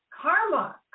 Karma